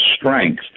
strength